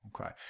Okay